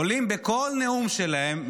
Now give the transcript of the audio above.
עולים בכל נאום שלהם,